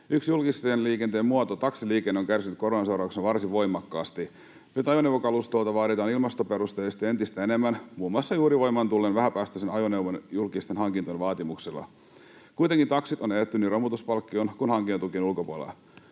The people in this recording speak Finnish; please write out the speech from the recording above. Yksi julkisen liikenteen muoto, taksiliikenne, on kärsinyt koronan seurauksena varsin voimakkaasti. Nyt ajoneuvokalustolta vaaditaan ilmastoperusteisesti entistä enemmän muun muassa juuri voimaan tulleella vähäpäästöisen ajoneuvon julkisten hankintojen vaatimuksella. Kuitenkin taksit ovat menettäneet romutuspalkkion, kun hankinta on tukien ulkopuolella.